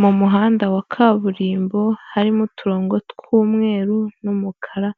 Mu muhanda wa kaburimbo harimo uturongo tw'umweru n'umukara,